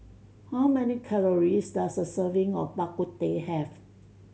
how many calories does a serving of Bak Kut Teh have